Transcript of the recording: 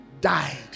died